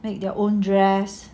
make their own dress